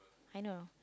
I know